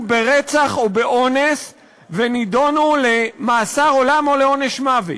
ברצח או באונס ונידונו למאסר עולם או לעונש מוות.